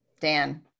Dan